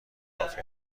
کافی